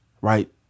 right